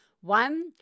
One